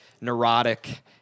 neurotic